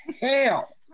hell